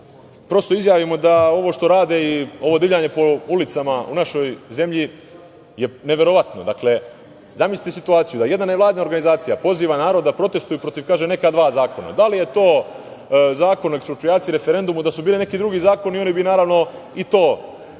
prosto izjavimo da ovo što rade i ovo divljanje po ulicama u našoj zemlji je neverovatno. Dakle, zamislite situaciju da jedna nevladina organizacija poziva narod da protestvuje protiv dva zakona. Da li je to Zakon o eksproprijaciji i referendumu? Da su bili neki drugi zakoni, oni bi, naravno, i to uzeli